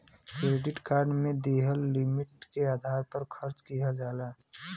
credit card में दिहल limit के आधार पर खर्च किहल जाला